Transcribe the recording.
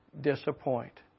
disappoint